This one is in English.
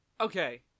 Okay